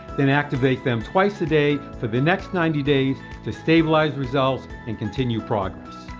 then activate them twice a day for the next ninety days to stabilize results and continue progress.